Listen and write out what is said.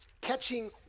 catching